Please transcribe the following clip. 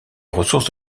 ressources